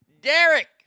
Derek